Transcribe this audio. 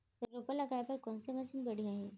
रोपा लगाए बर कोन से मशीन बढ़िया हे?